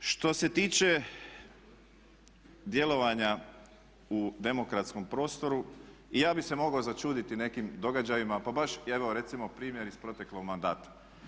Što se tiče djelovanja u demokratskom prostoru i ja bih se mogao začuditi nekim događajima pa baš evo recimo promjer iz proteklog mandata.